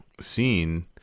scene